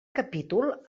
capítol